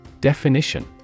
Definition